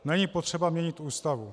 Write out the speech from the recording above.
Není potřeba měnit Ústavu.